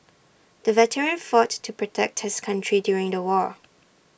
the veteran fought to protect his country during the war